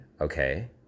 okay